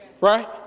right